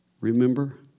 Remember